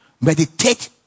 Meditate